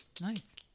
Nice